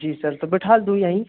जी sir तो बिठाल दूँ यहीं